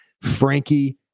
Frankie